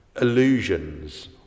illusions